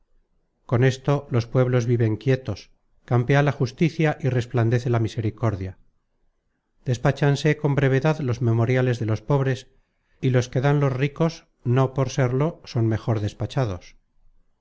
con esto los pueblos viven quietos campea la justicia y resplandece la misericordia despáchanse con brevedad los memoriales de los pobres y los que dan content from google book search generated at los ricos no por serlo son mejor despachados